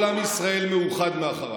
כל עם ישראל מאוחד מאחוריי.